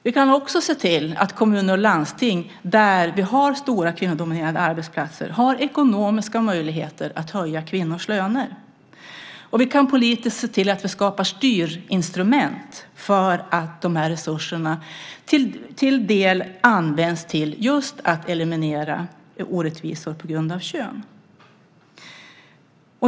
Vi kan också se till att kommuner och landsting, där vi har stora kvinnodominerade arbetsplatser, har ekonomiska möjligheter att höja kvinnors löner. Vi kan politiskt se till att vi skapar styrinstrument för att de här resurserna till dels används just till att eliminera orättvisor på grund av kön.